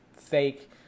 fake